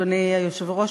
אדוני היושב-ראש,